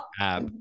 app